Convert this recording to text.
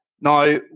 Now